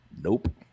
Nope